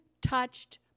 touched